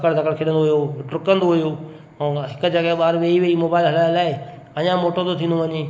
पकड़ पकड़ खेॾंदो हुयो डुकंदो हुयो ऐं हिकु जॻहि ॿारु वेही वेही मोबाइल हलाए हलाए अञा मोटो थो थींदो वञे